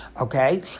Okay